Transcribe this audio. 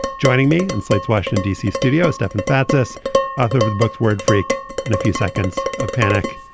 joining me and slate's washington d c. studio stefan fatsis author of the book word freak and a few seconds of panic.